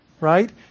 Right